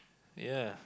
ya